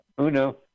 Uno